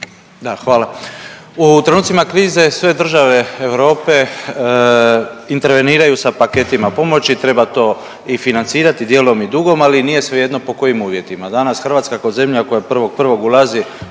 Hvala. U trenucima krize sve države Europe interveniraju sa paketima pomoći, treba to i financirati dijelom i dugom, ali nije svejedno po kojim uvjetima. Danas Hrvatska ko zemlja koja 1.1. ulazi